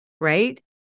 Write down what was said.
Right